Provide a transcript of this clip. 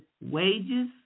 wages